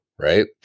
right